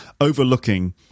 overlooking